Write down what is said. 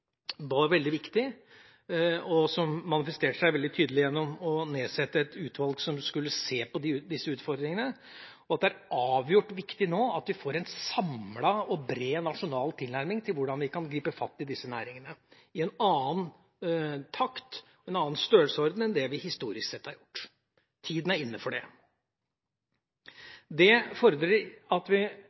var veldig viktig. Det manifesterte seg veldig tydelig gjennom å nedsette et utvalg som skulle se på disse utfordringene. Det er avgjort viktig at vi nå får en samlet og bred nasjonal tilnærming til hvordan vi kan gripe fatt i disse næringene i en annen takt og en annen størrelsesorden enn det vi historisk sett har gjort. Tiden er inne for det. Dette fordrer at vi ikke bare skal ha politisk strategi i partier og politiske møter, men at vi